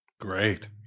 Great